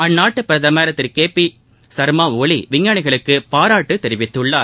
அந்நாட்டு பிரதமர் திரு கே பி சர்மா ஒலி விஞ்ஞானிகளுக்கு பாராட்டு தெரிவித்துள்ளார்